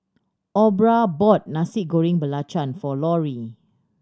Aubra bought Nasi Goreng Belacan for Lorri